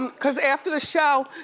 um cause after the show,